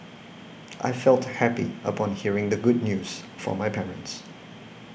I felt happy upon hearing the good news from my parents